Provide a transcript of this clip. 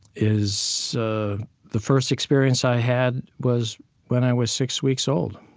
is the the first experience i had was when i was six weeks old.